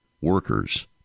workers